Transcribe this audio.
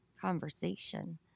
conversation